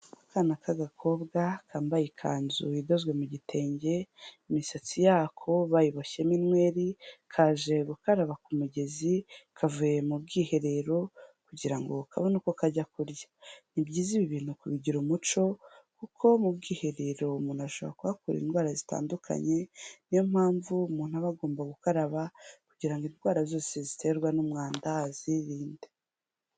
Akana k'agakobwa kambaye ikanzu idozwe mu gitenge, imisatsi yako bayiboshyemo inweri, kaje gukaraba ku mugezi, kavuye mu bwiherero, kugira ngo kabone uko kajya kurya. Ni byiza ibi bintu kubigira umuco, kuko mu bwiherero umuntu ashobora kuhakura indwara zitandukanye, niyo mpamvu umuntu aba agomba gukaraba, kugira ngo indwara zose ziterwa n'umwanda azirinde.